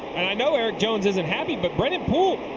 i know erik jones isn't happy. but brendan poole,